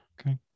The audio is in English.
Okay